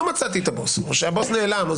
לא מצאתי את הבוס, או הבוס נעלם.